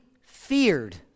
feared